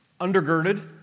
undergirded